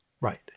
Right